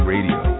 Radio